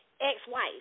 ex-wife